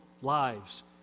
lives